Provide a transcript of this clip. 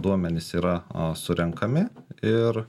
duomenys yra surenkami ir